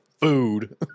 food